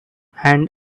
and